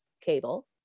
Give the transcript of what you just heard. cable